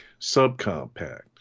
subcompact